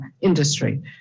industry